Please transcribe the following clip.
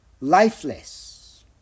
lifeless